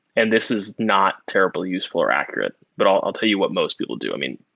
and this is not terribly useful or accurate, but i'll tell you what most people do. i mean,